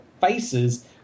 faces